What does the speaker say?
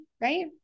right